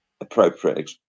appropriate